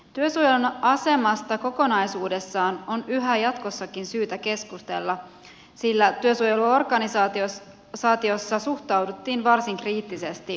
työsuojelun asemasta kokonaisuudessaan on yhä jatkossakin syytä keskustella sillä työsuojeluorganisaatiossa suhtauduttiin varsin kriittisesti uudistukseen